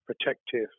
protective